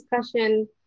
discussion